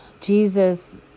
Jesus